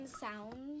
sound